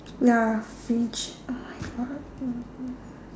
ya fringe oh my God